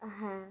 হ্যাঁ